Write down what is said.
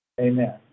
Amen